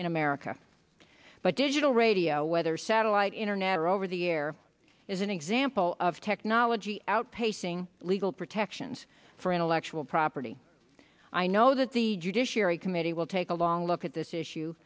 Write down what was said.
in america but digital radio whether satellite internet or over the air is an example of technology outpacing legal protections for intellectual property i know that the judiciary committee will take a long look at this issue